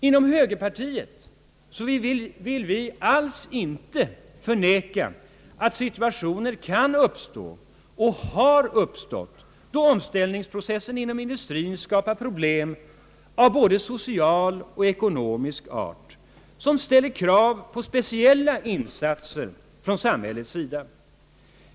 Inom högerpartiet vill vi alls inte förneka att situationer kan uppstå och har uppstått då omställningsprocessen inom industrien skapar problem av både social och ekonomisk art, som ställer krav på speciella insatser från samhällets sida.